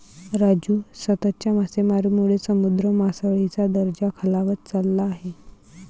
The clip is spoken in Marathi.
राजू, सततच्या मासेमारीमुळे समुद्र मासळीचा दर्जा खालावत चालला आहे